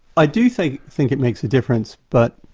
i do think think it makes a difference but